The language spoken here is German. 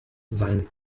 sein